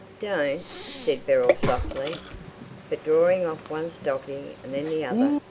don't! said beryl softly but, drawing off one stocking and then the other,